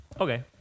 Okay